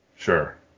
Sure